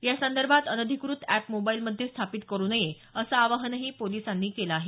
यासंदर्भात अनधिकृत एप मोबाईलमध्ये स्थापित करू नये असं आवाहन पोलिसांनी केलं आहे